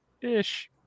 ish